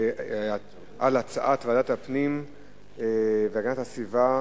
להצעת ועדת הפנים והגנת הסביבה.